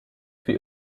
für